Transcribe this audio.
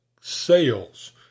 sales